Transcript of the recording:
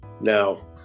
Now